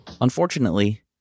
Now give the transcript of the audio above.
Unfortunately